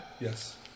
Yes